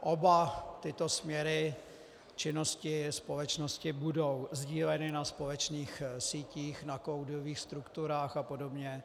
Oba tyto směry činnosti společnosti budou sdíleny na společných sítích, na cloudových strukturách apod.